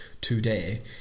today